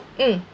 mm